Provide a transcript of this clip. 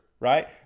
right